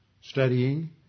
studying